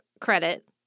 credit